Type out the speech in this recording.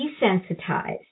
desensitized